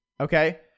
okay